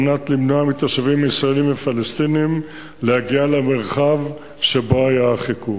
על מנת למנוע מתושבים ישראלים ופלסטינים להגיע למרחב שבו היה החיכוך.